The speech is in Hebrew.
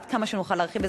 עד כמה שנוכל להרחיב,